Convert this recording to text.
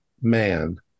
man